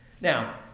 Now